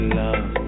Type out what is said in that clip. love